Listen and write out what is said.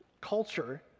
culture